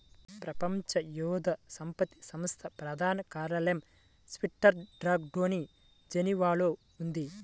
ప్రపంచ మేధో సంపత్తి సంస్థ ప్రధాన కార్యాలయం స్విట్జర్లాండ్లోని జెనీవాలో ఉంది